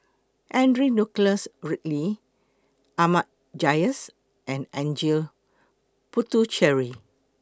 Henry Nicholas Ridley Ahmad Jais and N Janil Puthucheary